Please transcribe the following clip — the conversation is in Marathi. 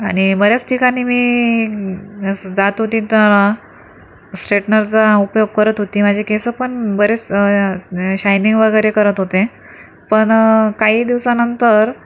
आणि बऱ्याच ठिकाणी मी असं जात होती तर स्ट्रेटनरचा उपयोग करत होती माझे केस पण बरेच शायनिंग वगैरे करत होते पण काही दिवसानंतर